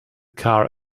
car